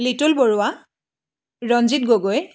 little Baruah Ranjit Gogoi